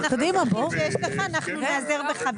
אנחנו ניעזר בך.